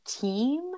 team